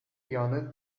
yanıt